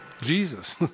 Jesus